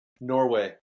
Norway